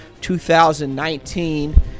2019